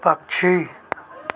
पक्षी